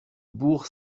bourg